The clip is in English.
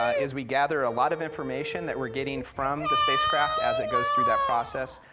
ah is we gather a lot of information that we're getting from the spacecraft as it goes through that process.